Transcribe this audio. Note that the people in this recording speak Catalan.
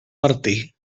martí